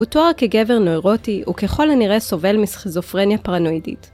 הוא תואר כגבר נוירוטי וככל הנראה סובל מסכזופרניה פרנואידית.